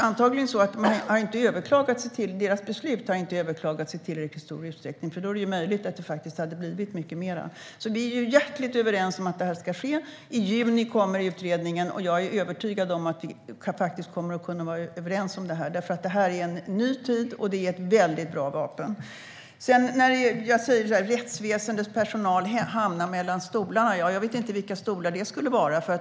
Antagligen har deras beslut inte överklagats i tillräckligt stor utsträckning, för det är möjligt att det hade blivit mycket mer i så fall. Vi är alltså hjärtligt överens om att det här ska ske. I juni kommer utredningen, och jag är övertygad om att vi faktiskt kommer att kunna vara överens om det här, därför att det är en ny tid, och det här är ett väldigt bra vapen. När det gäller att rättsväsendets personal hamnar mellan stolarna vet jag inte vilka stolar det skulle vara.